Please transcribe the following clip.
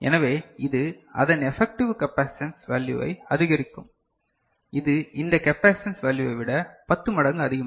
எனவே இது அதன் எஃபெக்டிவ் கெபாசிடன்ஸ் வேல்யுவை அதிகரிக்கும் இது இந்த கெபாசிடன்ஸ் வேல்யுவை விட 10 மடங்கு அதிகமாக